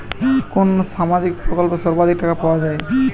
কোন সামাজিক প্রকল্পে সর্বাধিক টাকা পাওয়া য়ায়?